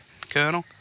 Colonel